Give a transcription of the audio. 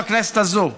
בכנסת הזאת,